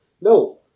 No